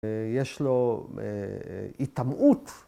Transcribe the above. ‫ויש לו הטמעות.